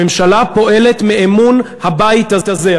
הממשלה פועלת מאמון הבית הזה,